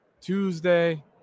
Tuesday